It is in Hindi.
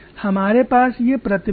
हमारे पास ये प्रतिबल है